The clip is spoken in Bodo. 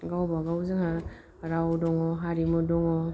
गावबागाव जोंहा राव दङ हारिमु दङ